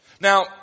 Now